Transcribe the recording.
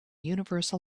universal